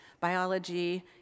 biology